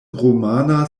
rumana